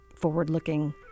forward-looking